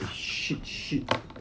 shit shit